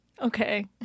Okay